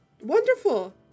Wonderful